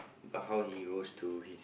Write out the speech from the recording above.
about how he rose to his